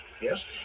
Yes